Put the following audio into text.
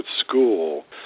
school